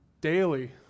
daily